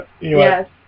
Yes